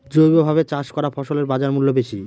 জৈবভাবে চাষ করা ফসলের বাজারমূল্য বেশি